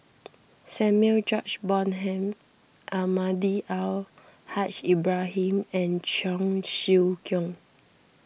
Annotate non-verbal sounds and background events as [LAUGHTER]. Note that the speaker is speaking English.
[NOISE] Samuel George Bonham Almahdi Al Haj Ibrahim and Cheong Siew Keong